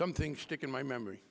something stick in my memory